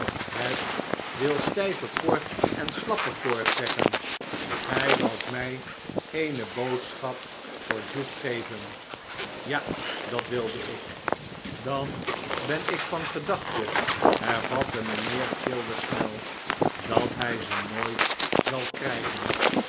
het wil stijve koord en slappe koord zeggen gij woudt mij eene boodschap voor jupe geven ja dat wilde ik dan ben ik van gedachte hervatte mijnheer childers snel dat hij ze nooit zal krijgen